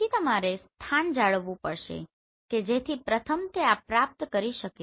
તેથી તમારે સ્થાન જાળવવું પડશે કે જેથી પ્રથમ તે આ પ્રાપ્ત કરી શકે